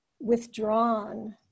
withdrawn